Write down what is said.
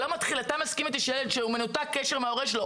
אתה מסכים איתי שילד שמנותק קשר מההורה שלו,